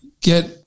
get